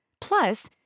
Plus